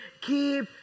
keep